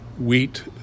Wheat